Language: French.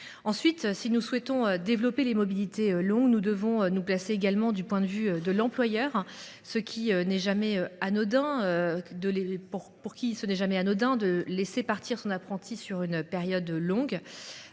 Ensuite, si nous souhaitons développer les mobilités longues, nous devons également adopter le point de vue de l’employeur, pour qui il n’est jamais anodin de laisser partir son apprenti pendant une longue